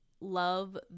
love